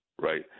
right